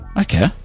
Okay